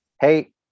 hey